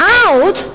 out